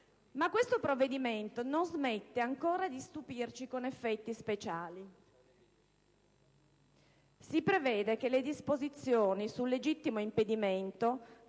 Ma questo provvedimento non smette ancora di stupirci con effetti speciali. Si prevede che le disposizioni sul legittimo impedimento